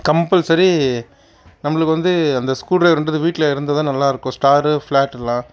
compulsory நம்மளுக்கு வந்து அந்த ஸ்க்ரூ ட்ரைவருன்றது வீட்டில் இருந்துதான் நல்லாயிருக்கும் ஸ்டாரு ஃப்ளாட்டு எல்லாம்